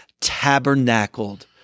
tabernacled